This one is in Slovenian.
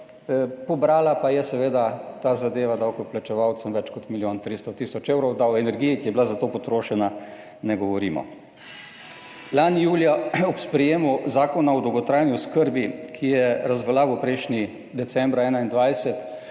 pobrala pa je seveda ta zadeva davkoplačevalcem več kot milijon 300 tisoč evrov, da o energiji, ki je bila za to potrošena ne govorimo. Lani julija ob sprejemu Zakona o dolgotrajni oskrbi, ki je razveljavil prejšnji, decembra 2021